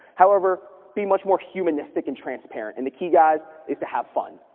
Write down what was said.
however, be much more humanistic and transparent, and the key, guys, is to have fun.